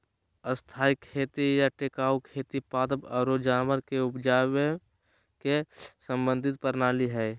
स्थायी खेती या टिकाऊ खेती पादप आरो जानवर के उपजावे के समन्वित प्रणाली हय